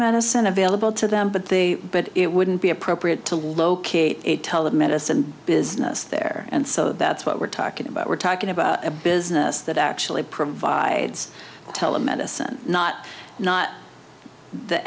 telemedicine available to them but they but it wouldn't be appropriate to locate telemedicine business there and so that's what we're talking about we're talking about a business that actually provides telemedicine not not the